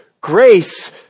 grace